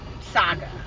saga